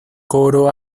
coro